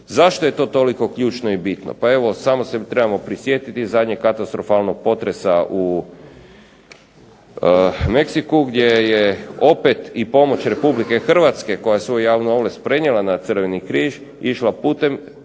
Zašto je to toliko ključno i bitno? Pa evo samo se trebamo prisjetiti zadnjeg katastrofalnog potresa u Meksiku gdje je opet i pomoć Republike Hrvatske koja je svoju javnu ovlast prenijela na Crveni križ išla putem